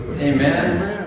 Amen